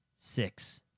six